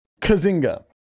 Kazinga